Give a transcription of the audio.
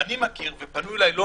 ניהלת ישיבה, ניהלת כולל זה לא